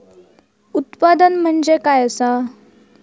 उत्पादन म्हणजे काय असा?